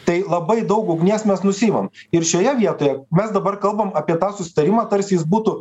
tai labai daug ugnies mes nusiimam ir šioje vietoje mes dabar kalbam apie tą susitarimą tarsi jis būtų